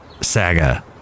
saga